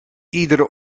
iedere